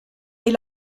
est